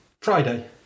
Friday